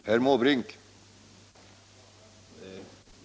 Herr talman!